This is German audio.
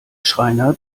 schreiner